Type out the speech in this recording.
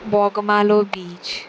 Bogmalo beach